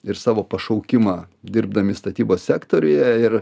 ir savo pašaukimą dirbdami statybos sektoriuje ir